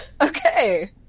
Okay